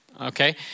Okay